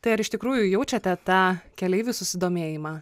tai ar iš tikrųjų jaučiate tą keleivių susidomėjimą